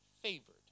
favored